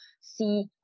see